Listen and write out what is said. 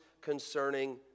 concerning